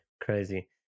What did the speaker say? Crazy